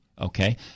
Okay